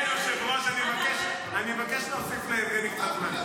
אדוני היושב-ראש, אני מבקש להוסיף ליבגני קצת זמן.